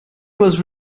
was